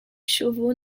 chauveau